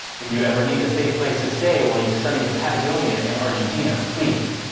if you ever need a safe place to stay while you study the patagonia in argentina, please.